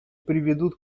приведут